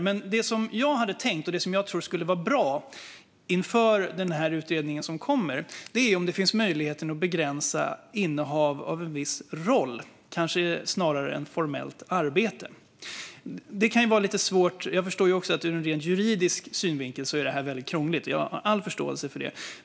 Men det som jag tror skulle vara bra inför den utredning som kommer är att se om det finns möjligheter att begränsa innehav av en viss roll snarare än ett formellt arbete. Ur en ren juridisk synvinkel kan jag förstå att detta är mycket krångligt. Jag har all förståelse för det.